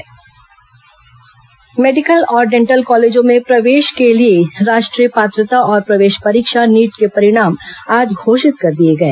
NEET परिणाम medical और dental कॉलेजों में प्रवेश के लिए राष्ट्रीय पात्रता और प्रवेश परीक्षा नीट के परिणाम आज घोषित कर दिए गए